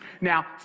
Now